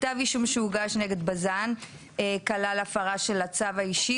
כתב אישום שהוגש נגד בז"ן כלל הפרה של הצו האישי